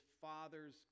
father's